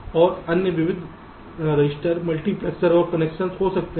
और अन्य विविध रजिस्टर मल्टीप्लेक्सर और कनेक्शन हो सकते हैं